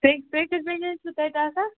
تُہۍ کٔژِ بجہِ تانۍ چھُو تَتہِ آسان